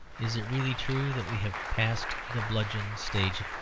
is it really true that we have passed the bludgeon stage?